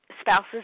spouses